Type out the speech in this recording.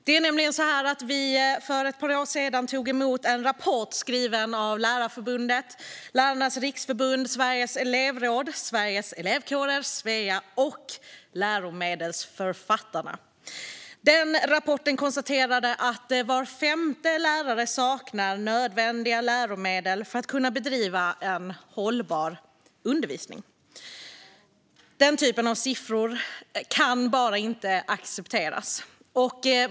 Det är nämligen så att vi för ett par år sedan tog emot en rapport skriven av Lärarförbundet, Lärarnas Riksförbund, Sveriges elevråd - Svea, Sveriges Elevkårer och Läromedelsförfattarna. I rapporten konstaterades att var femte lärare saknar nödvändiga läromedel för att kunna bedriva en hållbar undervisning. Den typen av siffror kan bara inte accepteras.